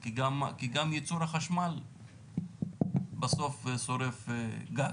כי גם ייצור החשמל בסוף שורף גז.